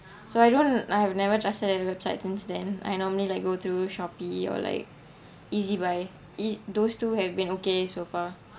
so I don't I have never trusted any websites since then I normally like go through shopee or like ezbuy is those two have been okay so far